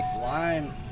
Lime